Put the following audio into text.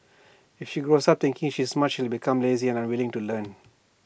if she grows up thinking she's smart she'll become lazy and unwilling to learn